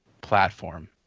platform